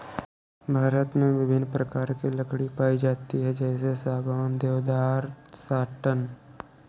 भारत में विभिन्न प्रकार की लकड़ी पाई जाती है जैसे सागौन, देवदार, साटन